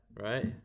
right